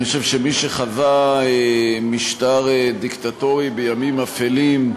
אני חושב שמי שחווה משטר דיקטטורי בימים אפלים,